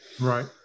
Right